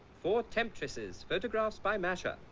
four temptresses photographs by masher.